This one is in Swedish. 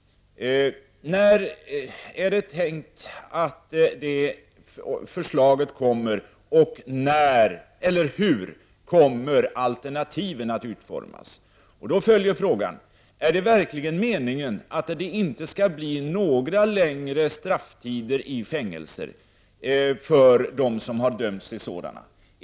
När är det tänkt att det förslaget kommer, och hur kommer alternativen att utformas? Då följer frågan: Är det verkligen meningen att det inte skall bli några längre strafftider i fängelser för dem som har dömts till sådana?